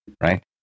right